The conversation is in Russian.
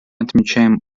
отмечаем